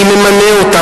מי ממנה אותם?